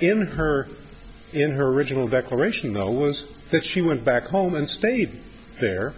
in her in her original declaration though was that she went back home and stayed there